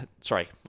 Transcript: Sorry